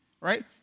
right